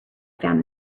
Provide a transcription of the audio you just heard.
found